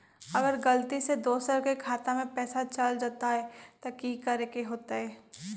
अगर गलती से दोसर के खाता में पैसा चल जताय त की करे के होतय?